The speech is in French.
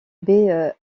baie